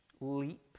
leap